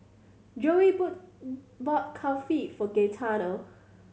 Joey boat bought Kulfi for Gaetano